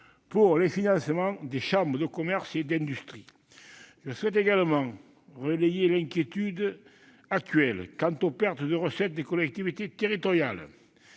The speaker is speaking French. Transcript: pour le financement des chambres de commerce et d'industrie. Je souhaite également relayer l'inquiétude actuelle quant aux pertes de recettes des collectivités territoriales